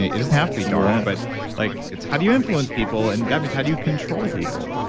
it doesn't have to be dark, but like it's how do you influence people and that means how do you control people?